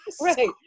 right